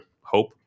hope